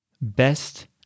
best